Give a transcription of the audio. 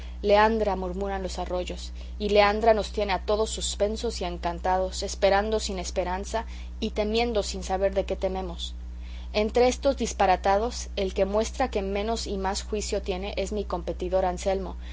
leandra murmuran los arroyos y leandra nos tiene a todos suspensos y encantados esperando sin esperanza y temiendo sin saber de qué tememos entre estos disparatados el que muestra que menos y más juicio tiene es mi competidor anselmo